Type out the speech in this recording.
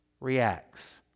reacts